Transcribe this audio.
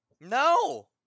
No